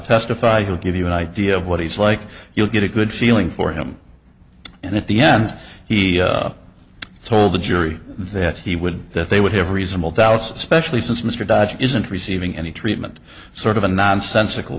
testify who give you an idea of what he's like you'll get a good feeling for him and at the end he told the jury that he would that they would have reasonable doubts especially since mr dodge isn't receiving any treatment sort of a nonsensical